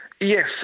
Yes